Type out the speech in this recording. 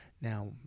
Now